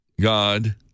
God